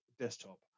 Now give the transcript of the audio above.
desktop